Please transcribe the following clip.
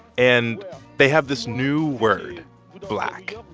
and they have this new word black,